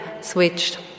switched